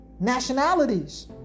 nationalities